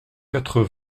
quatre